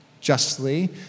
justly